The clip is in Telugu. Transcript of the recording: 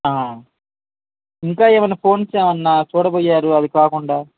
ఇంకా ఏమైనా ఫోన్స్ ఏమైనా చూడక పోయారా అవి కాకుండా